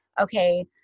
Okay